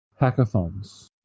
hackathons